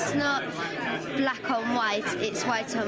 not black on white, it's white so on